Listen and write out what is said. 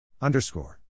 Underscore